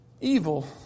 evil